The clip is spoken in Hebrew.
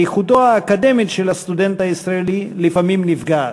איכותו האקדמית של הסטודנט הישראלי לפעמים נפגעת.